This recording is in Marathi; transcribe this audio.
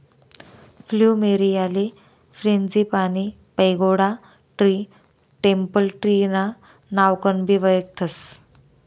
फ्लुमेरीयाले frangipani, pagoda tree, temple tree ना नावकनबी वयखतस